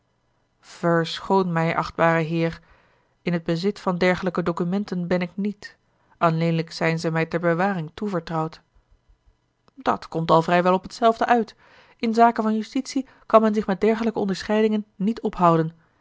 verschoon mij achtbare heer in t bezit van dergelijke documenten ben ik niet alleenlijk zijn ze mij ter bewaring toevertrouwd dat komt al vrij wel op hetzelfde uit in zake van justitie kan men zich met dergelijke onderscheidingen niet ophouden